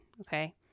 okay